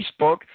facebook